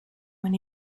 when